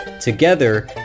Together